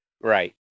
Right